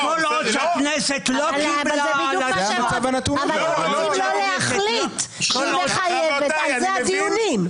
אני מבין את הרצון להכניס מילים לפה של אנשים.